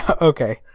Okay